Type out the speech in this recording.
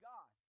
God